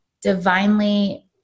divinely